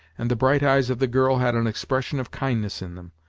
and the bright eyes of the girl had an expression of kindness in them,